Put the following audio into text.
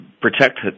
protect